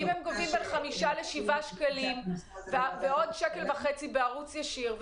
כי אם הם גובים בין חמישה לשבעה שקלים ועוד 1.50 שקל בערוץ ישיר,